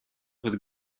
with